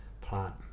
plant